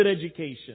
education